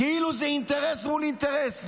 כאילו זה אינטרס מול אינטרס.